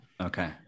Okay